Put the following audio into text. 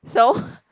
so